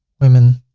women.